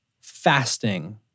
fasting